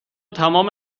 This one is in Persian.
تمام